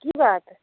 की बात